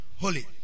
Holy